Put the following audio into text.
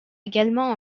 également